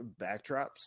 backdrops